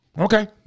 Okay